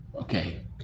Okay